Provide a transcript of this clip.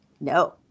No